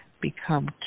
become